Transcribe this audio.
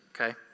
okay